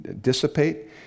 dissipate